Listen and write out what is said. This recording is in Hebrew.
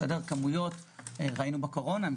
כמו שראינו בקורונה,